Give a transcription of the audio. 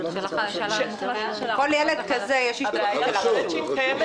הזכרתי את המצ'ינג בנוגע לניגוד העניינים שקיים בין